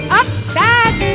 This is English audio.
upside